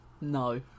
No